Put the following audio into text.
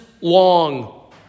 long